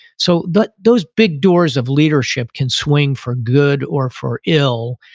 so but those big doors of leadership can swing for good or for ill.